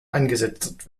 eingesetzt